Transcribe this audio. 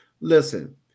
listen –